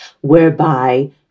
whereby